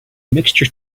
mixture